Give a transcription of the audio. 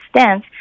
stance